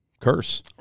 curse